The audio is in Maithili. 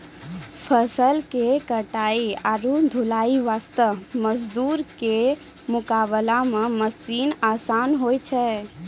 फसल के कटाई आरो ढुलाई वास्त मजदूर के मुकाबला मॅ मशीन आसान होय छै